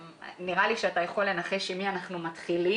נראה לי שאתה יכול לנחש עם מי אנחנו מתחילים,